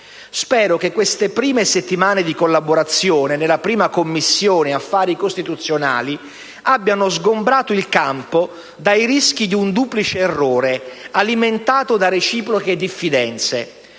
Spero che queste prime settimane di collaborazione nella Commissione affari costituzionali abbiano sgombrato il campo dal rischio di un duplice errore alimentato da reciproche diffidenze: